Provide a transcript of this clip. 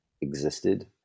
existed